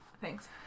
thanks